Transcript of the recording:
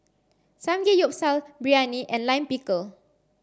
Samgeyopsal Biryani and Lime Pickle